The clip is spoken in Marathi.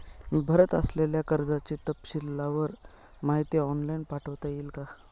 मी भरत असलेल्या कर्जाची तपशीलवार माहिती ऑनलाइन पाठवता येईल का?